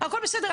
הכל בסדר.